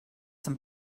some